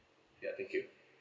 ya thank you